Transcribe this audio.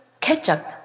ketchup